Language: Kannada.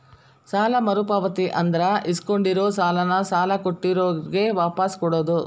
ಸಾಲ ಮರುಪಾವತಿ ಅಂದ್ರ ಇಸ್ಕೊಂಡಿರೋ ಸಾಲಾನ ಸಾಲ ಕೊಟ್ಟಿರೋರ್ಗೆ ವಾಪಾಸ್ ಕೊಡೋದ್